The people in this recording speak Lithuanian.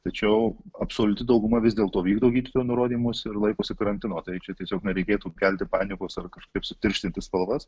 tačiau absoliuti dauguma vis dėlto vykdo gydytojo nurodymus ir laikosi karantino tai čia tiesiog nereikėtų kelti panikos ar kažkaip sutirštinti spalvas